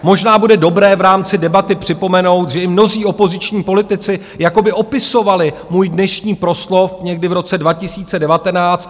Možná bude dobré v rámci debaty připomenout, že i mnozí opoziční politici jako by opisovali můj dnešní proslov někdy v roce 2019.